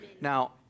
Now